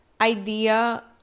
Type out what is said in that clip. Idea